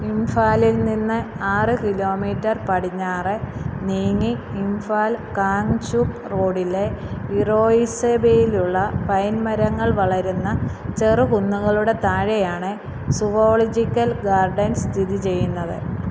ഇംഫാലിൽ നിന്ന് ആറ് കിലോമീറ്റർ പടിഞ്ഞാറ് നീങ്ങി ഇംഫാൽ കാങ്ചുപ്പ് റോഡിലെ ഇറോയിസെബയിലുള്ള പൈൻ മരങ്ങൾ വളരുന്ന ചെറുകുന്നുകളുടെ താഴെയാണ് സുവോളജിക്കൽ ഗാർഡൻസ് സ്ഥിതി ചെയ്യുന്നത്